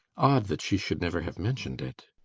odd that she should never have mentioned it.